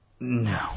No